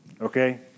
Okay